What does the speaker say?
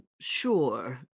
Sure